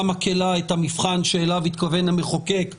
מקילה את המבחן שאליו התכוון המחוקק באיזון,